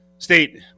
State